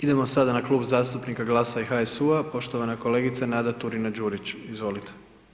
Idemo sada na Klub zastupnika GLAS-a i HSU-a poštovana kolegica Nada Turina Đurić, izvolite.